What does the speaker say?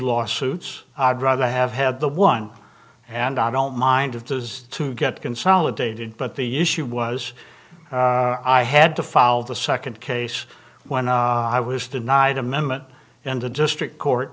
lawsuits i druther have had the one and i don't mind if there is to get consolidated but the issue was i had to file the second case when i was denied amendment and the district court